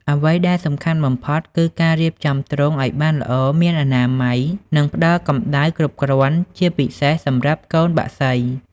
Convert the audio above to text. អ្វីដែលសំខាន់បំផុតគឺការរៀបចំទ្រុងឲ្យបានល្អ មានអនាម័យ និងផ្តល់កម្ដៅគ្រប់គ្រាន់ ជាពិសេសសម្រាប់កូនបក្សី។